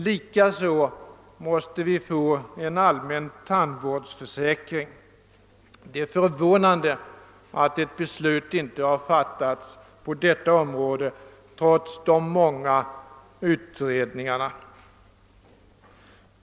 Likaså måste vi genomföra en allmän tandvårdsförsäkring. Det är förvånande att ett beslut inte har fattats på detta område, trots de många utredningarna.